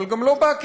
אבל גם לא בעקיפין,